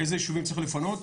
איזה ישובים צריך לפנות,